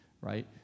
Right